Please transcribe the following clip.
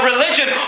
religion